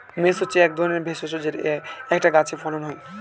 mace হচ্ছে এক ধরনের ভেষজ যেটা একটা গাছে ফলন হয়